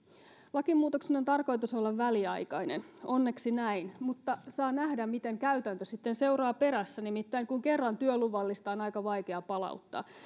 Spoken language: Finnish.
lakimuutoksen on tarkoitus olla väliaikainen onneksi näin mutta saa nähdä miten käytäntö sitten seuraa perässä nimittäin kerran työluvallista on aika vaikea palauttaa